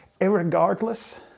irregardless